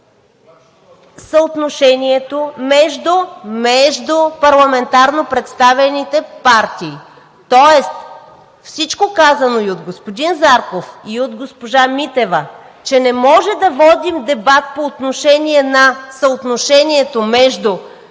съотношението между парламентарно представените партии. Тоест всичко казано и от господин Зарков, и от госпожа Митева, че не може да водим дебат по отношение на съотношението между парламентарно представените партии